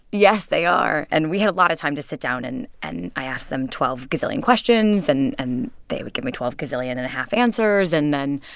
yes, they are. and we had a lot of time to sit down. and and i asked them twelve gazillion questions, and and they would give me twelve gazillion and a half answers. and then